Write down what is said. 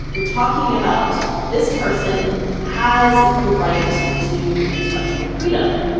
you are talking about this person has the right to intellectual freedom,